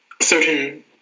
certain